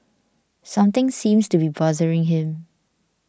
something seems to be bothering him